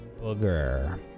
Booger